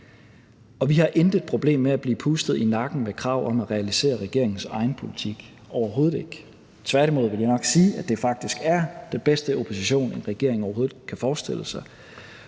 og vi har intet problem med at blive pustet i nakken med krav om at realisere regeringens egen politik – overhovedet ikke. Tværtimod vil jeg nok sige, at det faktisk er den bedste opposition, en regering overhovedet kan forestille sig.